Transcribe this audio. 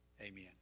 Amen